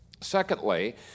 Secondly